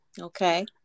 Okay